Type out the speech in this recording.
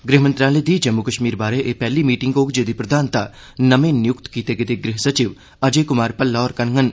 गृह मंत्रालय दी जम्मू कश्मीर बारै एह पैहली मीटिंग होग जेहदी प्रधानता नमें नियुक्त कीते गेदे गृह सचिव अजय क्मार भल्ला होर करडन